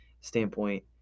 standpoint